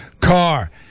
Car